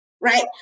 right